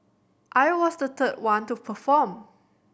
I was the third one to perform